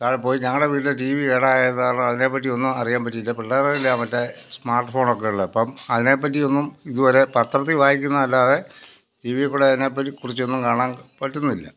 താഴെ പോയി ഞങ്ങളുടെ വീട്ടിലെ ടി വി കേടായത് കാരണം അതിനെ പറ്റി ഒന്നും അറിയാൻ പറ്റിയില്ല പിള്ളേരുടെ കയ്യിലാണ് മറ്റേ സ്മാർട്ട് ഫോണൊക്കെ ഉള്ളത് അപ്പം അതിനെ പറ്റിയൊന്നും ഇതുവരെ പത്രത്തിൽ വായിക്കുന്നതല്ലാതെ ടി വിയിൽ കൂടെ അതിനെപ്പറ്റി കുറിച്ചൊന്നും കാണാൻ പറ്റുന്നില്ല